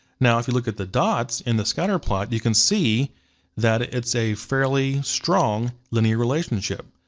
now if you look at the dots in the scatterplot, you can see that it's a fairly strong linear relationship.